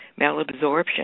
malabsorption